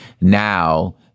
now